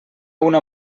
una